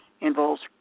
involves